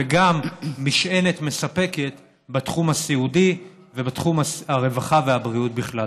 וגם משענת מספקת בתחום הסיעודי ובתחום הרווחה והבריאות בכלל.